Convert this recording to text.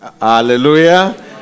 Hallelujah